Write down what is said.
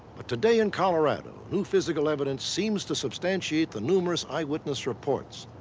but today in colorado new physical evidence seems to substantiate the numerous eyewitness reports,